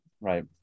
right